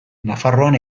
nafarroan